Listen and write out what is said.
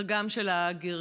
חגם של הגרים.